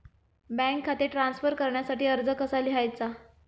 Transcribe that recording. Bank खाते transfer करण्यासाठी अर्ज कसा लिहायचा?